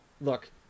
Look